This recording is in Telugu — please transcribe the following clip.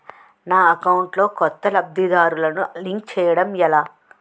నా అకౌంట్ లో కొత్త లబ్ధిదారులను లింక్ చేయటం ఎలా?